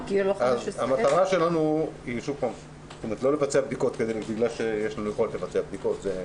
המטרה שלנו היא לא לבצע בדיקות בגלל שיש לנו יכולת לבצע בדיקות,